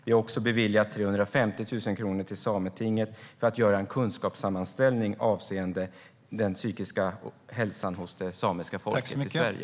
Vi har också beviljat 350 000 kronor till Sametinget för att göra en kunskapssammanställning avseende den psykiska hälsan hos det samiska folket i Sverige.